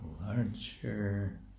larger